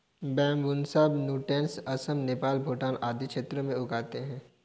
Bambusa nutans Assam, Nepal, Bhutan आदि क्षेत्रों में उगाए जाते है